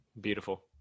beautiful